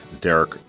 Derek